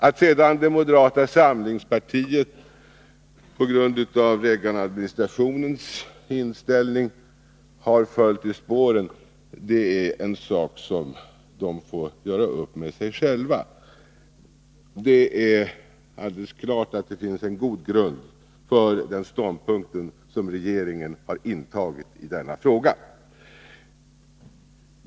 Att sedan moderata samlingspartiet har följt Reaganadministrationen i spåren är en sak som moderaterna får göra upp med sig själva. Alldeles klart finns en god grund för den ståndpunkt som regeringen har intagit i denna fråga.